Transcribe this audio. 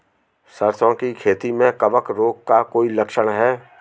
सरसों की खेती में कवक रोग का कोई लक्षण है?